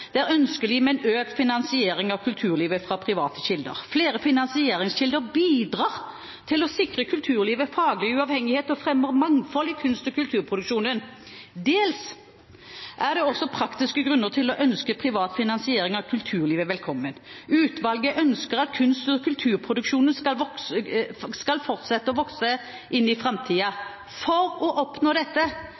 er ønskelig med en økt finansiering av kulturlivet fra private kilder. Flere finansieringskilder bidrar til å sikre kulturlivet faglig uavhengighet og fremmer mangfold i kunst- og kulturproduksjonen. Dels er det også praktiske grunner til å ønske privat finansiering av kulturlivet velkommen. Utvalget ønsker at kunst- og kulturproduksjonen skal fortsette å vokse inn i framtida. For å oppnå dette,